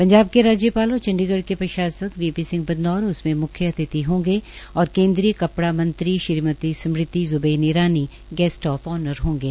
पंजाब के राज्यपाल और चंडीगढ़ के प्रशासक श्री वी पी बदनौर इसमें म्ख्य अतिथि होंगे और केन्द्रीय कपड़ा मंत्री Shrimati Smriti Zubin Irani host of honour होंगे